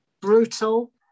brutal